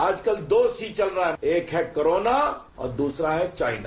आजकल दो ही चीज चल रहा है एक है कोरोना और दूसरा है चाइना